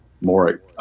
more